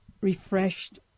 refreshed